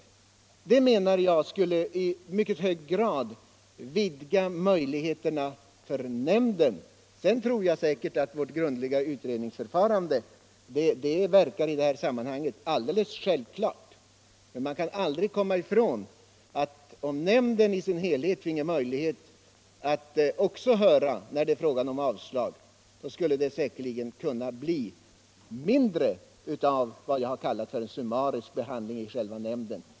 Jag tror att ett sådant förfarande i mycket hög grad skulle öka nämndens möjligheter att fatta ett riktigt beslut. Det grundliga utredningsförfarandet tycker jag i och för sig i detta sammanhang framstår som alldeles självklart. Men man kan aldrig komma ifrån att om nämnden i dess helhet — när det är fråga om avslag — finge möjlighet att höra sökanden, så skulle det bli mindre av vad jag kallat summarisk behandling i själva nämnden.